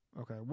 okay